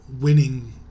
winning